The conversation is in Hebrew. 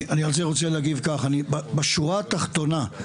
אני רוצה להגיד כך: בשורה התחתונה,